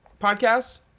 podcast